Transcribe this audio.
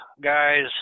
guys